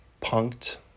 punked